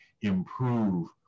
improve